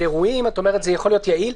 באירועים את אומרת שזה יכול להיות יעיל,